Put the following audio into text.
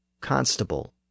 constable